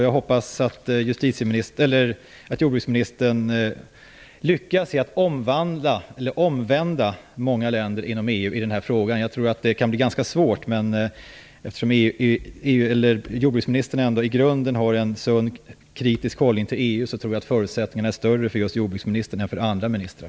Jag hoppas att jordbruksministern lyckas omvända många länder inom EU i den här frågan. Jag tror att det kan bli ganska svårt. Men eftersom jordbruksministern i grunden har en sunt kritisk hållning till EU tror jag att förutsättningarna är större för just jordbruksministern än för andra ministrar.